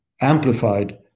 amplified